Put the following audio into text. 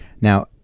Now